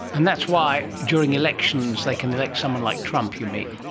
and that's why during elections they can elect someone like trump, you mean?